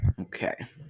Okay